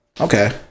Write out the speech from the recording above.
Okay